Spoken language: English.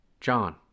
John